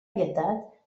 pietat